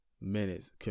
minutes